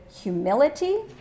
humility